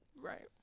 right